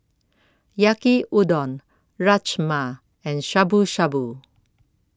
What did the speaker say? Yaki Udon Rajma and Shabu Shabu